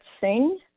Sing